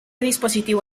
dispositivo